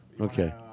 Okay